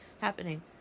happening